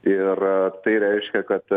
ir tai reiškia kad